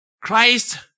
Christ